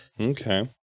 Okay